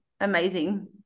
amazing